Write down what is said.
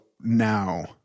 now